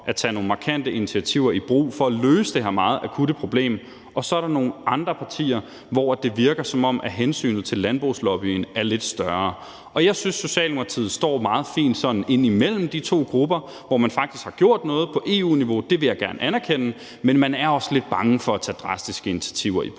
at tage nogle markante initiativer i brug for at løse det her meget akutte problem. Og så er der nogle andre partier, for hvem det virker, som om hensynet til landbrugslobbyen er lidt større. Jeg synes, Socialdemokratiet står meget fint sådan inde imellem de to grupper, hvor man faktisk har gjort noget på EU-niveau – det vil jeg gerne anerkende – men man er også lidt bange for at tage drastiske initiativer i brug.